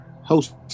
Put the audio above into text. host